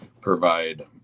provide